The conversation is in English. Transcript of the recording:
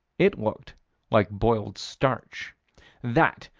it looked like boiled starch that,